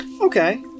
Okay